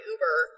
Uber